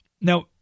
Now